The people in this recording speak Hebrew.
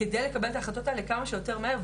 כדי לקבל את ההחלטות האלה כמו שיותר מהר,